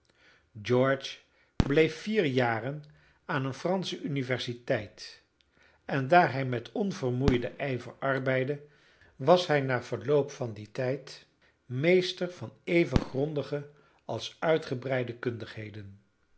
george bleef vier jaren aan eene fransche universiteit en daar hij met onvermoeiden ijver arbeidde was hij na verloop van dien tijd meester van even grondige als uitgebreide kundigheden